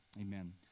amen